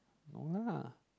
longer lah